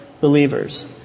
believers